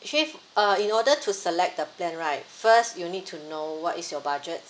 actually uh in order to select the plan right first you need to know what is your budget